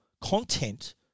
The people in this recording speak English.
content